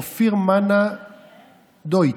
אופיר מנע דויטש: